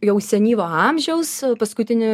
jau senyvo amžiaus paskutinį